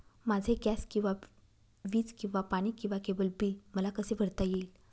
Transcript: माझे गॅस किंवा वीज किंवा पाणी किंवा केबल बिल मला कसे भरता येईल?